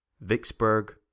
Vicksburg